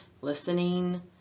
listening